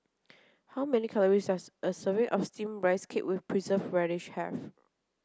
how many calories does a serving of steamed rice cake with preserved radish have